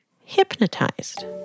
hypnotized